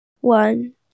One